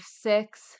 six